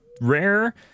rare